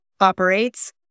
operates